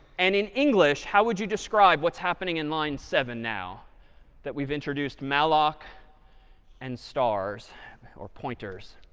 and in english, how would you describe what's happening in line seven now that we've introduced malloc and stars or pointers?